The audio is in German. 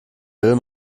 will